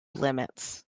limits